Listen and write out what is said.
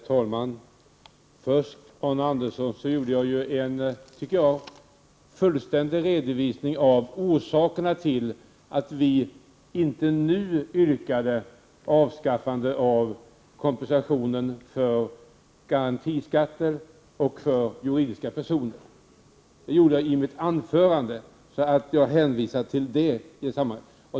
Herr talman! Jag gjorde en, som jag tycker, fullständig redovisning av orsakerna till att vi inte nu yrkade på avskaffande av kompensationen för garantiskatter och för juridiska personer. Det gjorde jag ju i mitt anförande, och sedan hänvisade jag bara till detta.